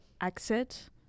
exit